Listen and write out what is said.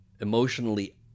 emotionally